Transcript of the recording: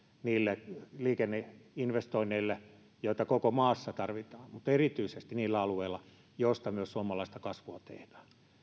niille liikenneinvestoinneille joita koko maassa tarvitaan mutta erityisesti niillä alueilla joilla myös suomalaista kasvua tehdään